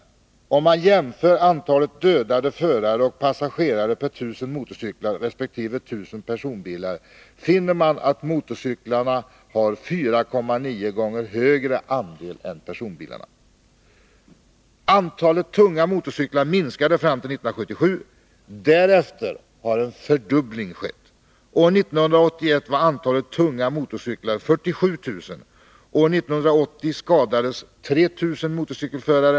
Om man jämför antalet dödade förare och passagerare per 1 000 motorcyklar resp. 1 000 personbilar finner man att motorcyklarna har en 4,9 gånger högre andel än personbilarna. Antalet tunga motorcyklar minskade fram till 1977. Därefter har en fördubbling skett. År 1981 var antalet tunga motorcyklar 47 000. År 1980 skadades 3 000 motorcykelförare.